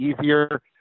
easier